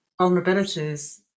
vulnerabilities